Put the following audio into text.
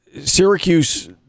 Syracuse